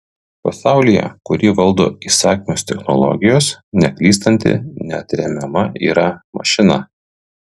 pasaulyje kurį valdo įsakmios technologijos neklystanti neatremiama yra mašina